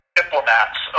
diplomats